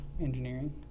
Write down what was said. engineering